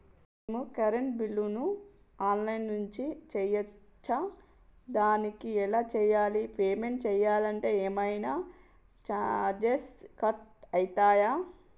మేము కరెంటు బిల్లును online నుంచి చేయచ్చా? దానికి ఎలా చేయాలి? పేమెంట్ చేయాలంటే ఏమైనా చార్జెస్ కట్ అయితయా?